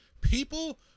People